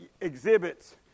exhibits